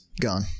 Gone